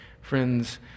Friends